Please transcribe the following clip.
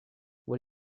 what